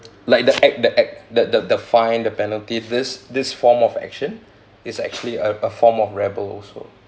like the act that act the the the fine the penalty this this form of action is actually a a form of rebel also